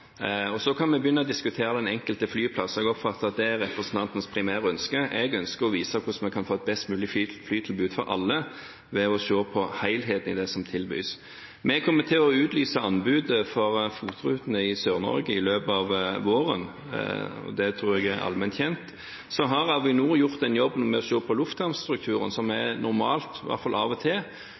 Så kan vi begynne å diskutere den enkelte flyplassen, som jeg oppfatter er representantens primære ønske. Jeg ønsker å vise hvordan vi kan få et best mulig flytilbud for alle ved å se på helheten i det som tilbys. Vi kommer til å utlyse anbudet for FOT-rutene i Sør-Norge i løpet av våren. Det tror jeg er allment kjent. Så har Avinor gjort en jobb med å se på lufthavnstrukturen – som er normalt i alle fall av og til